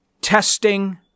testing